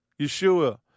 Yeshua